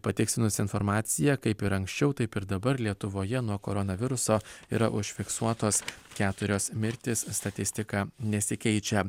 patikslinus informaciją kaip ir anksčiau taip ir dabar lietuvoje nuo koronaviruso yra užfiksuotos keturios mirtys statistika nesikeičia